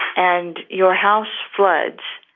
and your house floods,